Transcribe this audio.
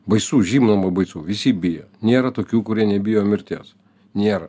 baisu žinoma baisu visi bijo nėra tokių kurie nebijo mirties nėra